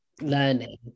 learning